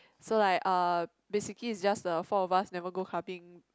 so like uh basically just the four of us never go clubbing